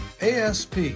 ASP